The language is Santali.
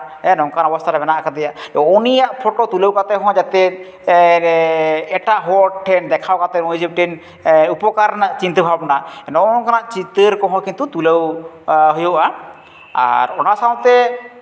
ᱱᱚᱝᱠᱟᱱ ᱚᱵᱚᱥᱛᱟ ᱨᱮ ᱢᱮᱱᱟᱜ ᱠᱟᱫᱮᱭᱟ ᱩᱱᱤᱭᱟᱜ ᱯᱷᱚᱴᱳ ᱛᱩᱞᱟᱹᱣ ᱠᱟᱛᱮ ᱦᱚᱸ ᱡᱟᱛᱮ ᱮᱴᱟᱜ ᱦᱚᱲ ᱴᱷᱮᱱ ᱫᱮᱠᱷᱟᱣ ᱠᱟᱛᱮ ᱱᱚᱜᱼᱚᱭ ᱡᱮ ᱢᱤᱫᱴᱟᱝ ᱩᱯᱚᱠᱟᱨ ᱨᱮᱱᱟᱜ ᱪᱤᱱᱛᱟᱹ ᱵᱷᱟᱵᱱᱟ ᱱᱚᱜᱼᱚ ᱱᱚᱝᱠᱟᱱᱟᱜ ᱪᱤᱛᱟᱹᱨ ᱠᱚᱦᱚᱸ ᱠᱤᱱᱛᱩ ᱛᱩᱞᱟᱹᱣ ᱦᱩᱭᱩᱜᱼᱟ ᱟᱨ ᱚᱱᱟ ᱥᱟᱶᱛᱮ